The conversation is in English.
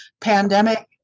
pandemic